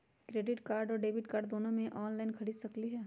Credit card और debit card दोनों से ऑनलाइन खरीद सकली ह?